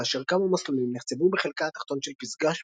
כאשר כמה מסלולים נחצבו בחלקה התחתון של פסגה 8,